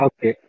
Okay